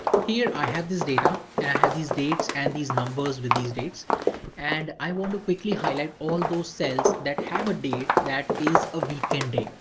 here i have this data and i have these dates and these numbers with these dates and i want to quickly highlight all those cells that have a date that is a weekend day.